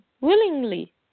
willingly